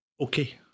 Okay